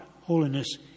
holiness